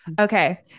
Okay